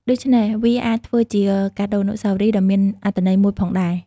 ដូច្នេះវាអាចធ្វើជា កាដូអនុស្សាវរីយ៍ ដ៏មានអត្ថន័យមួយផងដែរ។